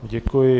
Děkuji.